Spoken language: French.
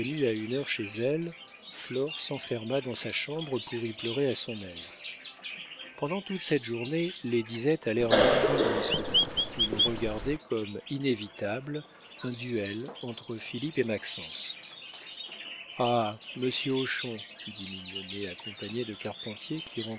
à une heure chez elle flore s'enferma dans sa chambre pour y pleurer à son aise pendant toute cette journée les disettes allèrent leur train dans issoudun où l'on regardait comme inévitable un duel entre philippe et maxence ah monsieur hochon dit mignonnet accompagné de carpentier qui